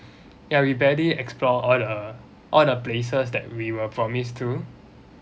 ya we barely explore all the all the places that we were promised to